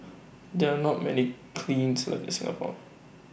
there are not many kilns left in Singapore